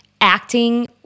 acting